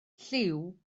lliw